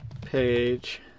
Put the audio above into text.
page